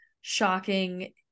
shocking